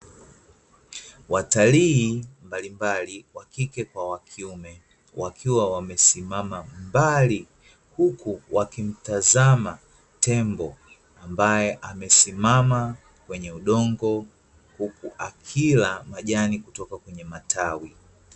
Watalii mbalimbali wa kike kwa wa kiume, wakiwa wamesimama mbali, huku wakimtazama tembo ambae amesimama kwenye udongo, huku akila majani kutoka kwenye matawi.